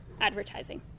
advertising